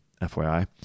FYI